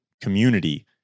Community